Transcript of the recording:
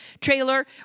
trailer